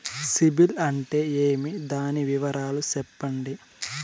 సిబిల్ అంటే ఏమి? దాని వివరాలు సెప్పండి?